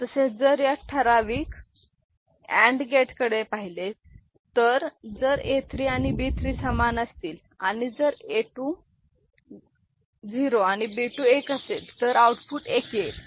तसेच जर या ठराविक अँड गेट कडे पाहिले तर जर A3 आणि B 3 समान असतील आणि जर A 2 0 आणि B 2 एक असेल तर आउटपुट एक येईल